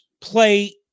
play